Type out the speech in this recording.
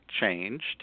changed